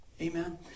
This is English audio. Amen